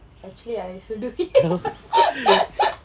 actually I also do